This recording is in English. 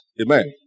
Amen